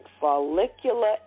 Follicular